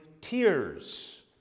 tears